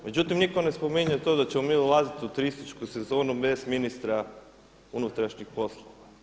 Međutim, nitko ne spominje to da ćemo mi ulaziti u turističku sezonu bez ministra unutrašnjih poslova.